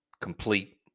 complete